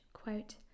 Quote